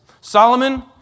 Solomon